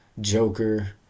Joker